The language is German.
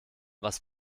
was